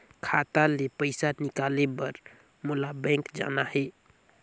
खाता ले पइसा निकाले बर मोला बैंक जाना हे?